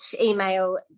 email